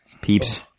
peeps